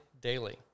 daily